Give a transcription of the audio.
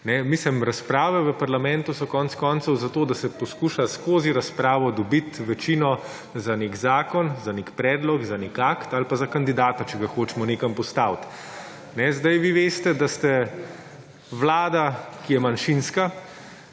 Mislim, razprave v parlamentu so konec koncev zato, da se poskuša skozi razpravo dobiti večino za nek zakon, za nek predlog, za nek akt ali pa za kandidata, če ga hočemo nekam postaviti. Zdaj, vi veste, da ste vlada, ki je manjšinska,